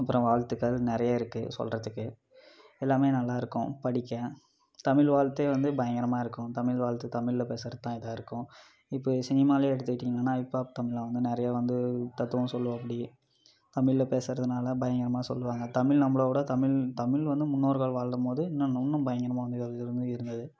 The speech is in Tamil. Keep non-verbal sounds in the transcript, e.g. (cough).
அப்பறம் வாழ்த்துகள் நிறையா இருக்கு சொல்கிறதுக்கு எல்லாமே நல்லாயிருக்கும் படிக்க தமிழ் வாழ்த்தே வந்து பயங்கரமாக இருக்கும் தமிழ் வாழ்த்து தமிழில் பேசுறதுதா இதாக இருக்கும் இப்போது சினிமாவிலே எடுத்துக்கிட்டிங்கன்னால் ஹிப்பாப் தமிழா வந்து நிறையா வந்து தத்துவம் சொல்லுவாப்புடி தமிழில் பேசுகிறதுனால பயங்கரமாக சொல்லுவாங்க தமிழ் நம்மளைவிட தமிழ் தமிழ் வந்து முன்னோர்கள் வாழ்கிற போது இன்னும் பயங்கரமாக (unintelligible) இருந்தது